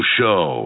Show